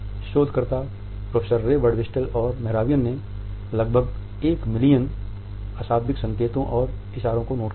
शोधकर्ता professor Ray Birdwhistell और Mehrabian ने लगभग एक मिलियन अशाब्दिक संकेतों और इशारों को नोट किया था